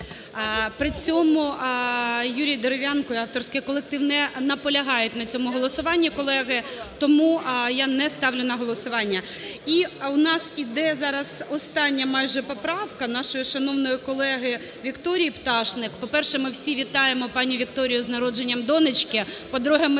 При цьому Юрій Дерев'янко і авторський колектив не на полягають на цьому голосуванні, колеги. Тому я не ставлю на голосування. І у нас іде зараз остання майже поправка, нашої шановної колеги Вікторії Пташник. По-перше, ми всі вітаємо пані Вікторію з народженням донечки. По-друге,